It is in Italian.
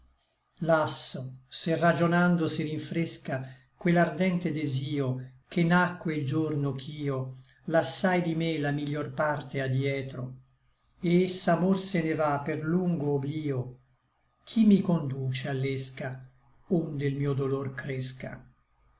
lasso se ragionando si rinfresca quel ardente desio che nacque il giorno ch'io lassai di me la miglior parte a dietro et s'amor se ne va per lungo oblio chi mi conduce a l'ésca onde l mio dolor cresca